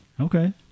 Okay